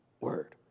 word